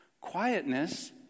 Quietness